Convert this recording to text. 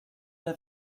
have